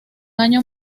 año